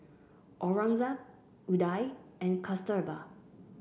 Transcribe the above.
Aurangzeb Udai and Kasturba